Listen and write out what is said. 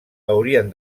haurien